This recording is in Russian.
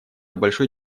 большой